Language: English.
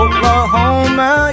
Oklahoma